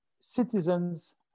citizens